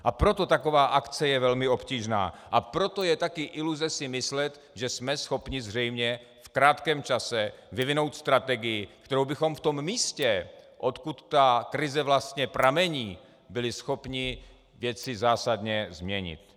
A proto taková akce je velmi obtížná, a proto je taky iluze si myslet, že jsme schopni zřejmě v krátkém čase vyvinout strategii, kterou bychom v tom místě, odkud ta krize vlastně pramení, byli schopni věci zásadně změnit.